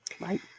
right